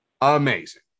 Amazing